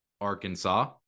Arkansas